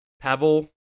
Pavel